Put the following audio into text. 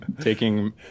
taking